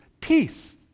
Peace